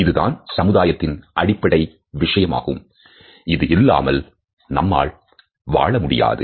இதுதான் சமுதாயத்தின் அடிப்படையான விஷயம் ஆகும் இது இல்லாமல் நம்மால் வாழ முடியாது